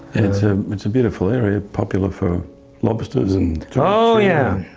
it's ah it's a beautiful area, popular for lobsters. and oh yeah,